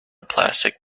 plastic